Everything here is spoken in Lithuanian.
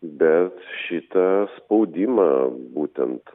bet šitą spaudimą būtent